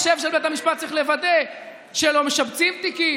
המחשב של בית המשפט צריך לוודא שלא משבצים בתיקים.